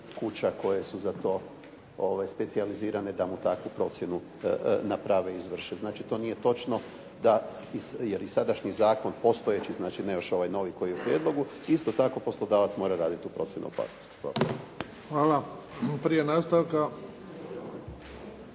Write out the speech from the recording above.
kuća koje su za to specijalizirane da mu takvu procjenu naprave i izvrše. Znači, to nije točno, da jer i sadašnji zakon, postojeći, znači ne još ovaj novi koji je u prijedlogu isto tako poslodavac mora raditi tu procjenu opasnosti. Hvala. **Bebić, Luka